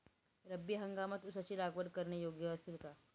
रब्बी हंगामात ऊसाची लागवड करणे योग्य असेल का?